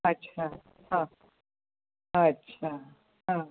अच्छा हां अच्छा हां